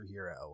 superhero